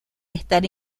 están